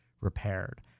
repaired